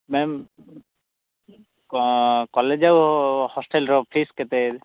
ma'am college ଆଉ ହଷ୍ଟେଲ୍ର fees କେତେ